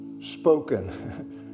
spoken